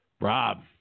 Rob